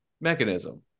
mechanism